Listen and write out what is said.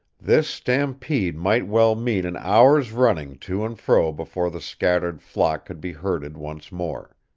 this stampede might well mean an hour's running to and fro before the scattered flock could be herded once more.